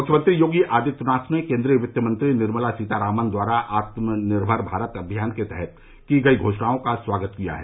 मुख्यमंत्री योगी आदित्यनाथ ने केंद्रीय वित्त मंत्री निर्मला सीतारामन द्वारा आत्मनिर्भर भारत अभियान के तहत की गयी घोषणाओं का स्वागत किया है